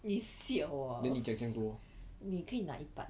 then 你讲这样多